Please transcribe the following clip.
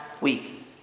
week